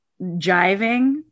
jiving